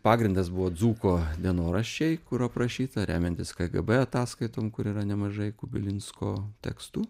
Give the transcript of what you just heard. pagrindas buvo dzūko dienoraščiai kur aprašyta remiantis kgb ataskaitom kur yra nemažai kubilinsko tekstų